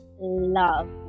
love